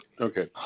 okay